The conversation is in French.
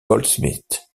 goldsmith